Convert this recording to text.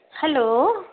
hello